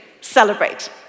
celebrate